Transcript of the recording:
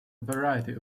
variety